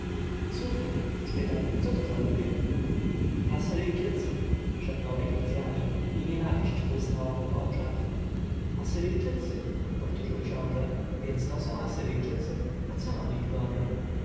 słuchaj spytał co to za ludzie asyryjczycy szepnął egipcjanin i nienawiść zabłysła mu w oczach asyryjczycy powtórzył książę więc to są asyryjczycy a co oni tu robią